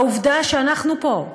העובדה שאנחנו פה,